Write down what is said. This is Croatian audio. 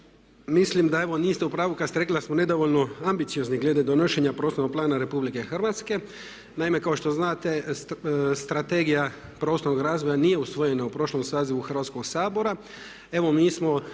Mislim da evo niste u pravu kad ste rekli da smo nedovoljno ambiciozni glede donošenja prostornog plana RH. Naime, kao što znate, strategija prostornog razvoja nije usvojena u prošlom sazivu Hrvatskog sabora.